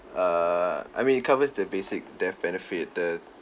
err I mean it covers the basic death benefit the